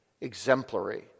exemplary